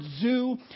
zoo